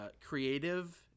creative